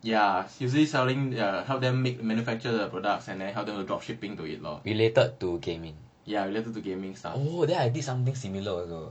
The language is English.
ya usually selling their help them make manufacture their products and then help them drop shipping to it lor ya related to gaming stuff